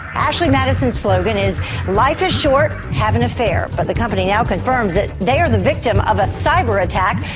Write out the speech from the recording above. ashley madison's slogan is life is short, have an affair'. but the company now confirms that they are the victim of a cyber-attack,